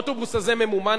האוטובוס הזה ממומן,